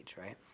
right